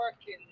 working